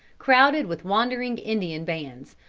crowded with wandering indian bands,